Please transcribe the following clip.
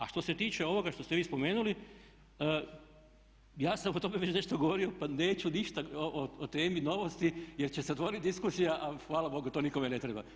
A što se tiče ovoga što ste vi spomenuli, ja sam o tome već nešto govorio pa neću ništa o temi novosti jer će se otvorit diskusija, a hvala Bogu to nikome ne treba.